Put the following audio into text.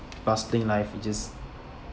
bustling life it just